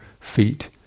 feet